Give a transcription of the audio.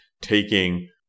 taking